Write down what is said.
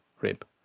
rib